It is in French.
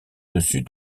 dessus